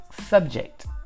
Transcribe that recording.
subject